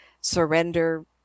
surrender